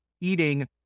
eating